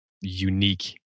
unique